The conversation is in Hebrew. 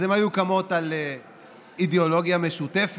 אז הן היו קמות על אידיאולוגיה משותפת,